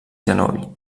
genoll